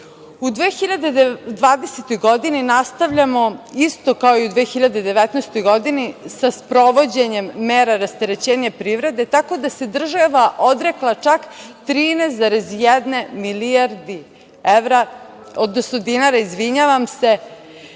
2020. godini nastavljamo isto kao i u 2019. godini sa sprovođenjem mera rasterećenja privrede, tako da se država odrekla čak 13,1 milijarde dinara i ta